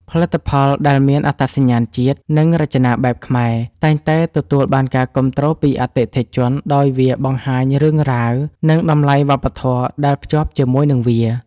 ផលិតផលដែលមានអត្តសញ្ញាណជាតិ និងរចនាបែបខ្មែរ តែងតែទទួលបានការគាំទ្រពីអតិថិជន ដោយវាបង្ហាញរឿងរ៉ាវ និងតម្លៃវប្បធម៌ដែលភ្ជាប់ជាមួយនឹងវា។